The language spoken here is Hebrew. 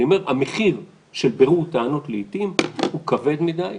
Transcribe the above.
המחיר של בירור טענות לעיתים הוא כבד מדיי.